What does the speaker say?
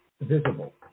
visible